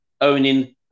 owning